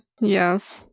Yes